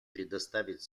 предоставить